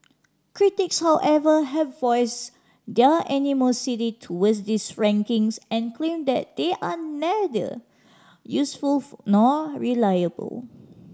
critics however have voiced their animosity toward these rankings and claim that they are neither useful nor reliable